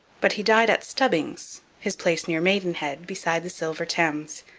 but he died at stubbings, his place near maidenhead beside the silver thames,